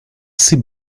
see